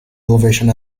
elevation